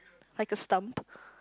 like a stump